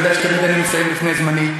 אתה יודע שתמיד אני מסיים לפני זמני.